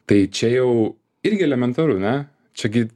tai čia jau irgi elementaru ne čia gi